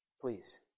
please